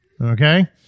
Okay